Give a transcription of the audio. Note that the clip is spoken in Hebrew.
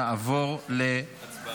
מוותר.